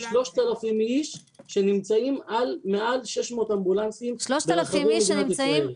3,000 איש שנמצאים על מעל 600 אמבולנסים ברחבי מדינת ישראל.